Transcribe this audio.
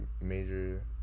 major